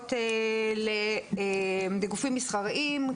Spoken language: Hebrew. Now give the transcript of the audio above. לפנות לגופים מסחריים,